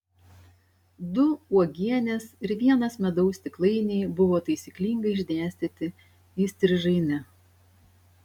du uogienės ir vienas medaus stiklainiai buvo taisyklingai išdėstyti įstrižaine